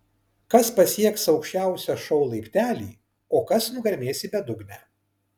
kas pasieks aukščiausią šou laiptelį o kas nugarmės į bedugnę